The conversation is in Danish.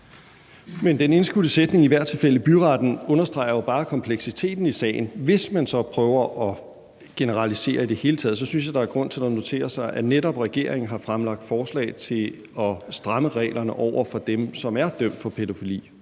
Men den indskudte sætning »i hvert fald i byretten« understreger jo bare kompleksiteten i sagen. Hvis man så prøver at generalisere i det hele taget, synes jeg, der er grund til at notere sig, at netop regeringen har fremlagt forslag til at stramme reglerne over for dem, som er dømt for pædofili.